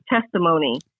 testimony